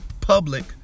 public